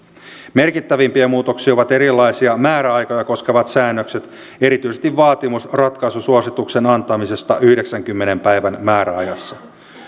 merkittävimpiä muutoksia ovat erilaisia määräaikoja koskevat säännökset erityisesti vaatimus ratkaisusuosituksen antamisesta yhdeksänkymmenen päivän määräajassa